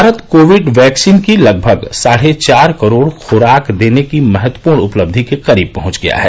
Bharat covid vaccine की लगभग साढे चार करोड़ ख्राक देने की महत्वपूर्ण उपलब्धि के करीब पहंच गया है